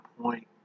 point